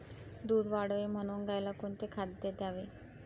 दूध वाढावे म्हणून गाईला कोणते खाद्य द्यावे?